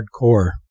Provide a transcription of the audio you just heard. hardcore